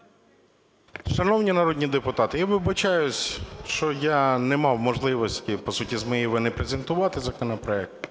Г.М. Шановні народні депутати, я вибачають, що я не мав можливості, по суті, з моєї вини, презентувати законопроект.